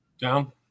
down